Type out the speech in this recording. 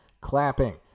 clapping